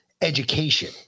education